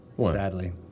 sadly